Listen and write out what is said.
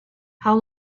how